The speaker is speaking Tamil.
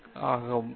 சரி பார்க்கவும்